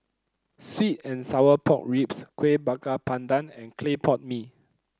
sweet and Sour Pork Ribs Kueh Bakar Pandan and Clay Pot Mee